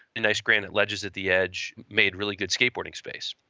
nice granite ledges at the edge, made really good skateboarding space.